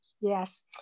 Yes